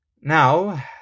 Now